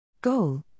Goal